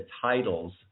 titles